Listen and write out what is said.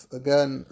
again